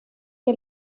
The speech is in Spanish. que